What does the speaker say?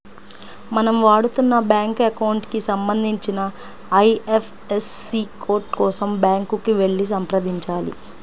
మనం వాడుతున్న bank account కి సంబంధించిన ఐ.ఎఫ్.ఎస్.సి కోడ్ కోసం బ్యాంకుకి వెళ్లి సంప్రదించాలి